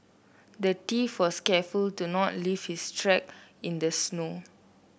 the thief was careful to not leave his tracks in the snow